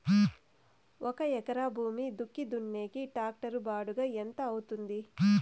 ఒక ఎకరా భూమి దుక్కి దున్నేకి టాక్టర్ బాడుగ ఎంత అవుతుంది?